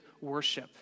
worship